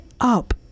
up